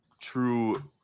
true